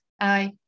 Aye